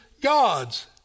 God's